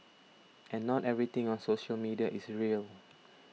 and not everything on social media is real